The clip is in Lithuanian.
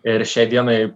ir šiai dienai